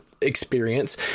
experience